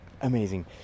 amazing